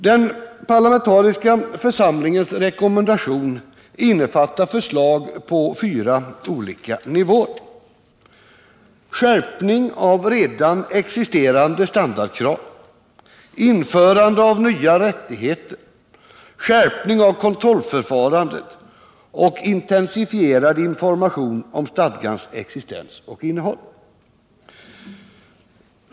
Den parlamentariska församlingens rekommendation innefattar förslag på fyra olika nivåer: intensifierad information om stadgans existens och innehåll.